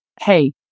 hey